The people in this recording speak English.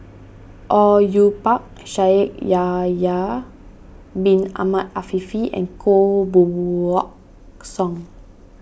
Au Yue Pak Shaikh Yahya Bin Ahmed Afifi and Koh Buck Song